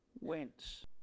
went